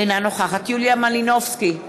אינה נוכחת יוליה מלינובסקי,